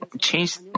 Change